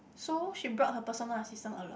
so she brought her personal assistant along